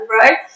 right